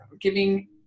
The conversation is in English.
giving